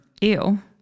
Ew